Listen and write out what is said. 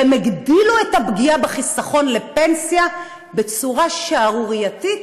והם הגדילו את הפגיעה בחיסכון לפנסיה בצורה שערורייתית,